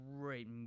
great